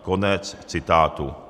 Konec citátu.